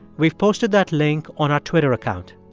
we've posted that link on our twitter account.